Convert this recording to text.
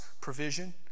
provision